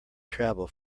travel